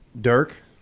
Dirk